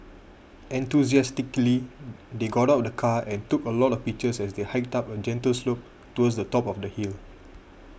enthusiastically they got out of the car and took a lot of pictures as they hiked up a gentle slope towards the top of the hill